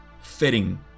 fitting